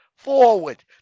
forward